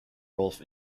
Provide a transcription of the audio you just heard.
rolf